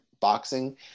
boxing